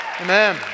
Amen